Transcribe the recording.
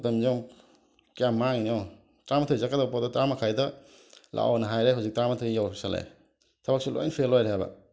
ꯃꯇꯝꯁꯦ ꯌꯦꯡꯉꯣ ꯀꯌꯥꯝ ꯃꯥꯡꯉꯤꯅꯣ ꯌꯦꯡꯉꯣ ꯇꯔꯥꯃꯥꯊꯣꯏꯗ ꯆꯠꯀꯗꯕ ꯄꯣꯠꯇꯨ ꯇꯔꯥꯃꯈꯥꯏꯗ ꯂꯥꯛꯑꯣꯅ ꯍꯥꯏꯔꯦ ꯍꯧꯖꯤꯛ ꯇꯔꯥꯃꯥꯊꯣꯏ ꯌꯧꯁꯤꯜꯂꯛꯑꯦ ꯊꯕꯛꯁꯤ ꯂꯣꯏꯅ ꯐꯦꯜ ꯑꯣꯏꯔꯦꯕ